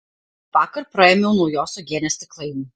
vakar praėmiau naujos uogienės stiklainį